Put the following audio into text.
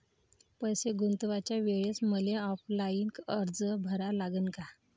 पैसे गुंतवाच्या वेळेसं मले ऑफलाईन अर्ज भरा लागन का?